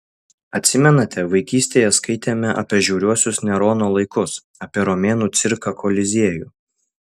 atsimenate vaikystėje skaitėme apie žiauriuosius nerono laikus apie romėnų cirką koliziejų